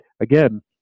again